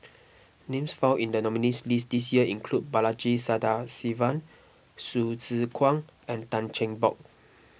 names found in the nominees list this year include Balaji Sadasivan Hsu Tse Kwang and Tan Cheng Bock